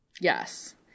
Yes